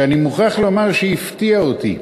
שאני מוכרח לומר שהפתיע אותי.